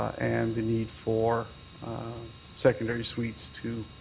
and the need for secondary suites to